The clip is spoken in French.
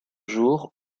jours